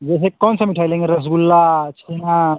जैसे कौन सा मिठाई लेंगे रसगुल्ला छेना